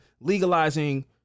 legalizing